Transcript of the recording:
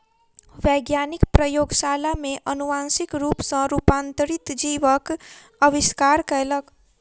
वैज्ञानिक प्रयोगशाला में अनुवांशिक रूप सॅ रूपांतरित जीवक आविष्कार कयलक